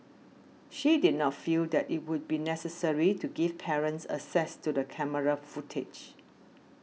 she did not feel that it would be necessary to give parents access to the camera footage